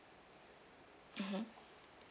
mmhmm